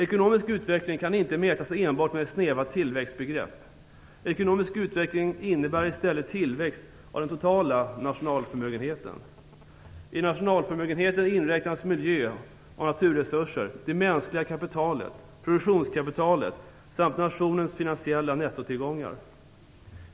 Ekonomisk utveckling kan inte mätas enbart med snäva tillväxtbegrepp. Ekonomisk utveckling innebär i stället tillväxt av den totala nationalförmögenheten. I nationalförmögenheten inräknas miljö och naturresurser, det mänskliga kapitalet, produktionskapitalet samt nationens finansiella nettotillgångar.